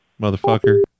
motherfucker